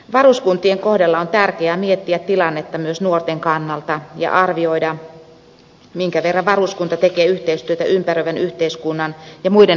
varuskuntien kohdalla on tärkeää miettiä tilannetta myös nuorten kannalta ja arvioida minkä verran varuskunta tekee yhteistyötä ympäröivän yhteiskunnan ja muiden hallintoalojen kanssa